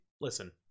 Listen